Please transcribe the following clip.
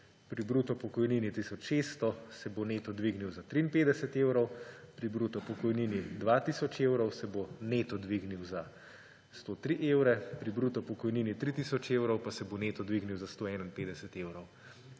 pri bruto pokojnini tisoč 600 se bo neto dvignil za 53 evrov, pri bruto pokojnini 2 tisoč evrov se bo neto dvignil za 103 evre, pri bruto pokojnini 3 tisoč evrov pa se bo neto dvignil za 151 evrov.